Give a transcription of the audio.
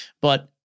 but-